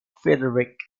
frederic